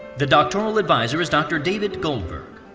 the doctoral advisor is dr. david goldberg.